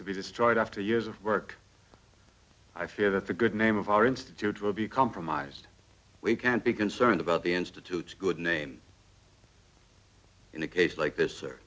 to be destroyed after years of work i fear that the good name of our institute will be compromised we can't be concerned about the institutes good name in a case like this